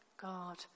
God